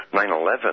9-11